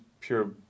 pure